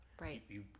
Right